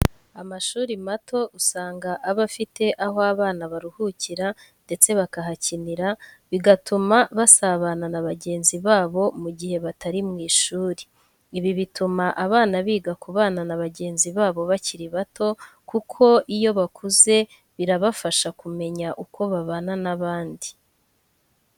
Amashuri mato usanga aba afite aho abana baruhukira ndetse bakahakinira, bigatuma basabana na bagenzi babo mu gihe batari mu ishuri. Ibi bituma abana biga kubana na bagenzi babo bakiri bato, kuko iyo bakuze birabafasha kumenya uko babana n'abandi.